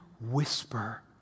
whisper